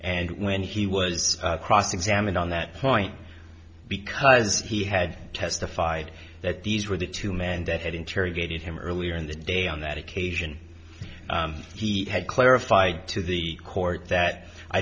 and when he was cross examined on that point because he had testified that these were the two men that had interrogated him earlier in the day on that occasion he had clarified to the court that i